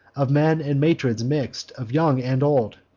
of men and matrons mix'd, of young and old